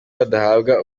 badahabwa